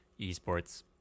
esports